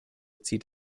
zieht